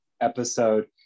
episode